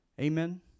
Amen